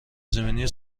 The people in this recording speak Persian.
زمینی